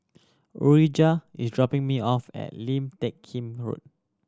Urijah is dropping me off at Lim Teck Kim Road